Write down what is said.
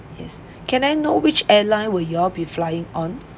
yes can I know which airline will y'all be flying on